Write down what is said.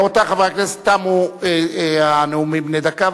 רבותי חברי הכנסת, תמו הנאומים בני דקה.